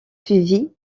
suivie